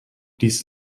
dies